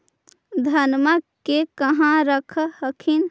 धनमा के कहा रख हखिन?